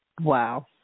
Wow